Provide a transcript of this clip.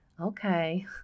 Okay